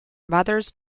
mother’s